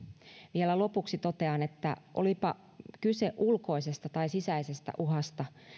vielä lopuksi totean että olipa kyse ulkoisesta tai sisäisestä uhasta